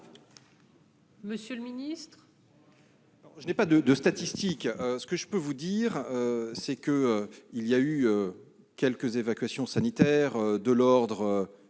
Monsieur le ministre,